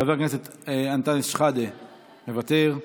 חבר הכנסת אנטאנס שחאדה, מוותר,